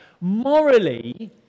morally